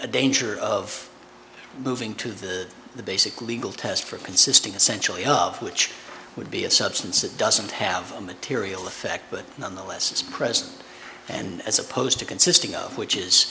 a danger of moving to the the basic legal test for consisting essentially of which would be a substance that doesn't have a material effect but nonetheless it's present and as opposed to consisting of which is